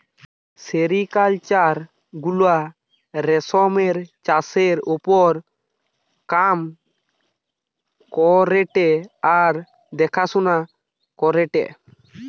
sericulture গুলা রেশমের চাষের ওপর কাম করেটে আর দেখাশোনা করেটে